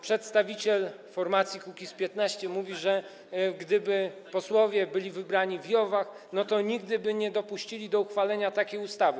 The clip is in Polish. Przedstawiciel formacji Kukiz’15 mówi, że gdyby posłowie byli wybrani w JOW-ach, to nigdy by nie dopuścili do uchwalenia takiej ustawy.